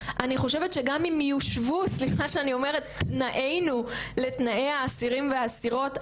אבל אני חושבת שגם אם יושוו תנאינו לתנאי האסירים והאסירות,